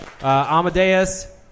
Amadeus